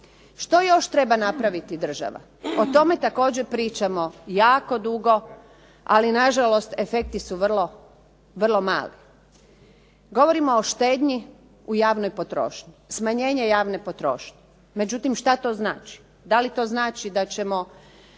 Što još treba napraviti država? O tome također pričamo jako dugo, ali nažalost efekti su vrlo mali. Govorimo o štednji u javnoj potrošnji, smanjenje javne potrošnje. Međutim, šta to znači? Da li to znači da ćemo